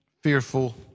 fearful